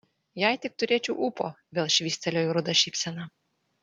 jei tik turėčiau ūpo vėl švystelėjo ruda šypsena